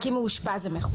רק אם הוא אושפז, זה מכוסה.